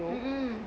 mm mm